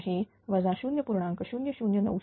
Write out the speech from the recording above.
तर हे 0